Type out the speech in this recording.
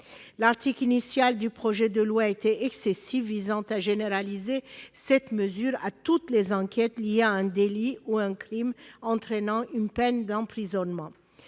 L'article initial du projet de loi était excessif, car il visait à généraliser cette mesure à toutes les enquêtes liées à un délit ou un crime entraînant une peine d'emprisonnement.